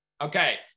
Okay